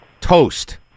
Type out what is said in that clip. Toast